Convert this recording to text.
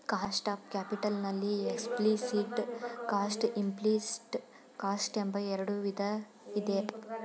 cost of capital ನಲ್ಲಿ explicit cost, implicit cost ಎಂಬ ಎರಡು ವಿಧ ಇದೆ